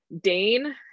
Dane